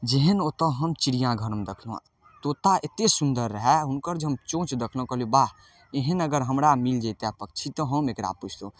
जेहन ओतऽ हम चिड़िया घरमे देखलहुँ तोता एते सुन्दर रहै हुनकर जे हम चोञ्च देखलहुँ कहलियै वाह एहन अगर हमरा मिल जैतय पक्षी तऽ हम एकरा पोसितहुँ